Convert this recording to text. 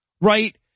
Right